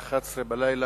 בשעה 23:00,